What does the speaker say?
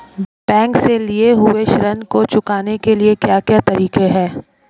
Bank से लिए हुए ऋण को चुकाने के क्या क्या तरीके हैं?